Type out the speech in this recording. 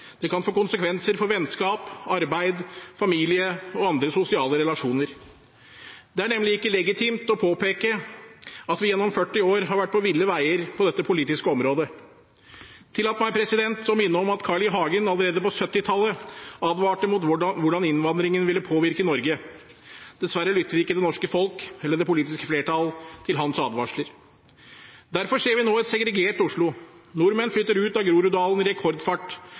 Det kan få konsekvenser for vennskap, arbeid, familie og andre sosiale relasjoner. Det er nemlig ikke legitimt å påpeke at man gjennom 40 år har vært på ville veier på dette politiske området. Tillat meg å minne om at Carl l. Hagen allerede på 1970-tallet advarte om hvordan innvandringen ville påvirke Norge. Dessverre lyttet ikke det norske folk – eller det politiske flertall – til hans advarsler. Derfor ser vi nå et segregert Oslo, nordmenn flytter ut av Groruddalen i rekordfart.